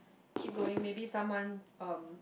keep going maybe someone um